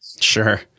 Sure